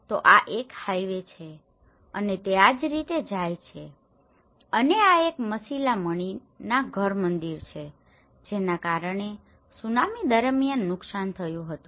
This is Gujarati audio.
તો આ એક હાઈવે છે અને તે આ રીતે જ જાય છે અને આ એક મસિલામણિ નાધર મંદિર છે જેના કારણે સુનામી દરમિયાન નુકસાન થયું હતું